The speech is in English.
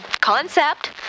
concept